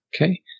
Okay